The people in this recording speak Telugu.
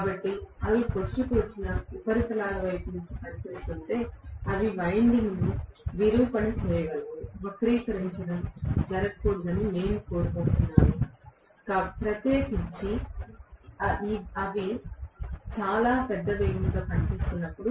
కాబట్టి అవి పొడుచుకు వచ్చిన ఉపరితలాల వైపు పనిచేస్తుంటే అవి వైండింగ్ను విరూపణ చేయగలవు వక్రీకరించడం జరగకూడదని మేము కోరుకుంటున్నాము ప్రత్యేకించి అవి చాలా పెద్ద వేగంతో పనిచేస్తున్నప్పుడు